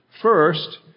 First